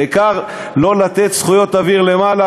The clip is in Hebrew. העיקר לא לתת זכויות אוויר למעלה,